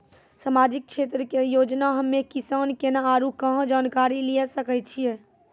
समाजिक क्षेत्र के योजना हम्मे किसान केना आरू कहाँ जानकारी लिये सकय छियै?